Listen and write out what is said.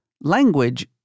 language